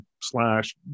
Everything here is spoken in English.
Slash